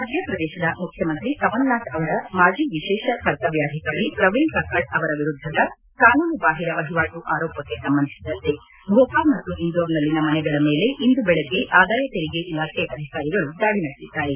ಮಧ್ಯೆ ಪ್ರದೇಶದ ಮುಖ್ಯಮಂತ್ರಿ ಕಮಲ್ನಾಥ್ ಅವರ ಮಾಜಿ ವಿಶೇಷ ಕರ್ತವ್ಯಾಧಿಕಾರಿ ಪ್ರವೀಣ್ ಕಕ್ಕಡ್ ಅವರ ವಿರುದ್ಲದ ಕಾನೂನು ಬಾಹಿರ ವಹಿವಾಟು ಆರೋಪಕ್ಕೆ ಸಂಬಂಧಿಸಿದಂತೆ ಭೋಪಾಲ್ ಮತ್ತು ಇಂದೋರ್ನಲ್ಲಿನ ಮನೆಗಳ ಮೇಲೆ ಇಂದು ಬೆಳಗ್ಗೆ ಆದಾಯ ತೆರಿಗೆ ಇಲಾಖೆ ಅಧಿಕಾರಿಗಳು ದಾಳಿ ನಡೆಸಿದ್ದಾರೆ